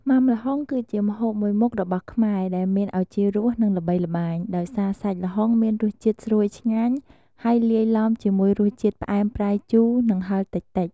មុាំល្ហុង គឺជាម្ហូបមួយមុខរបស់ខ្មែរដែលមានឱជារស និងល្បីល្បាញ ដោយសារសាច់ល្ហុងមានរសជាតិស្រួយឆ្ងាញ់ ហើយលាយលំជាមួយរសជាតិ ផ្អែម ប្រៃ ជូរ និងហឹរតិចៗ។